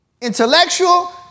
Intellectual